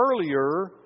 earlier